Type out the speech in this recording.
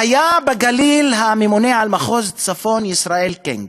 היה בגליל הממונה על מחוז צפון, ישראל קניג.